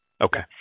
Okay